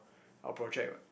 our project [what]